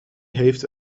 heeft